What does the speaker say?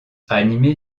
animé